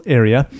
area